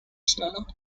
schneller